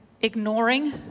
ignoring